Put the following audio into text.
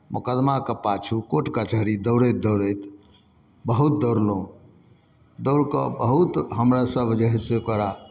मोकदमाके पाछू कोर्ट कचहरी दौड़ैत दौड़ैत बहुत दौड़लहुँ दौड़ि कऽ बहुत हमरासभ जे हइ से ओकरा